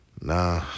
Nah